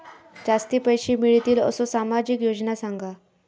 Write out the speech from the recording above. जास्ती पैशे मिळतील असो सामाजिक योजना सांगा?